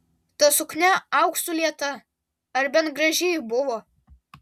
ta suknia auksu lieta ar bent graži ji buvo